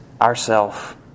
ourself